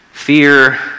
Fear